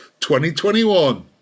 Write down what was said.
2021